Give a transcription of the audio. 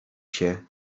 się